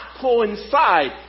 coincide